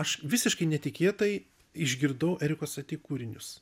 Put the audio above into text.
aš visiškai netikėtai išgirdau eriko saty kūrinius